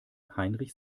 heinrich